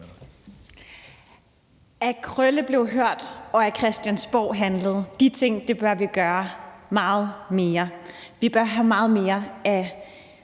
At Krølle blev hørt, og at Christiansborg handlede, er nogle ting, vi bør gøre meget mere. Vi bør have mange flere